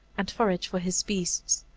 and forage for his beasts.